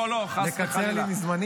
לא, חס וחלילה.